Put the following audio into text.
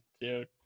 dude